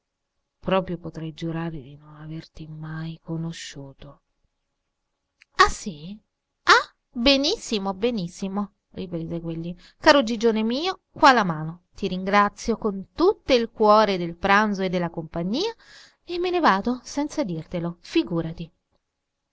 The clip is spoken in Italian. proprio potrei giurare di non averti mai conosciuto ah sì ah benissimo benissimo riprese quegli caro gigione mio qua la mano ti ringrazio con tutto il cuore del pranzo e della compagnia e me ne vado senza dirtelo figurati